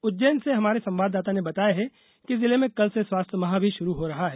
उज्जैन से हमारे संवाददाता ने बताया है कि जिले में कल से स्वास्थ्य माह भी शुरू हो रहा है